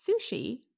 sushi